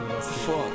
Fuck